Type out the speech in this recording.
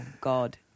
God